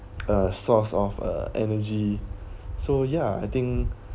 uh source of uh energy so ya I think